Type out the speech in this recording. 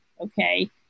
Okay